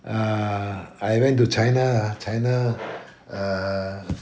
err I went to china china err